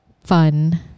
fun